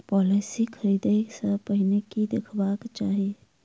Policy खरीदै सँ पहिने की देखबाक चाहि?